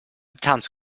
tanz